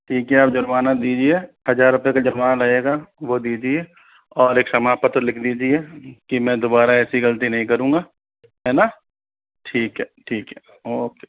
ठीक है आप जुर्माना दीजिए हजार रुपए का जुर्माना लगेगा वो दीजिये और एक क्षमा पत्र लिख दीजिए कि मैं दोबारा ऐसी गलती नहीं करूंगा है ना ठीक है ठीक है ओके